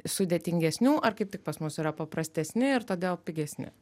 sudėtingesnių ar kaip tik pas mus yra paprastesni ir todėl pigesni